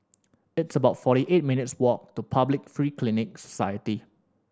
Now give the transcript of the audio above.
it's about forty eight minutes' walk to Public Free Clinic Society